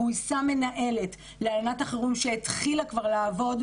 גויסה מנהלת להלנת החירום שהתחילה כבר לעבוד.